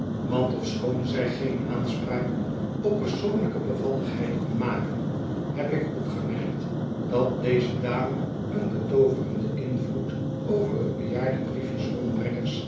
want ofschoon zij geen aanspraak op persoonlijke bevalligheid kon maken heb ik opgemerkt dat deze dame een betooverenden invloed over t bejaarde briefjesrond